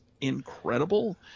incredible